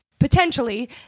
potentially